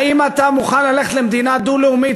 האם אתה מוכן ללכת למדינה דו-לאומית